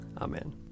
Amen